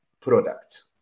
product